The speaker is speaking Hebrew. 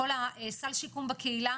סל שיקום בקהילה,